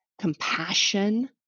compassion